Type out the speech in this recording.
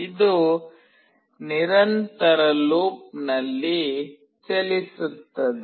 ಇದು ನಿರಂತರ ಲೂಪ್ನಲ್ಲಿ ಚಲಿಸುತ್ತದೆ